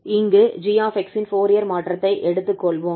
இங்கு 𝑔𝑥 இன் ஃபோரியர் மாற்றத்தை எடுத்துக் கொள்வோம்